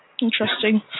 Interesting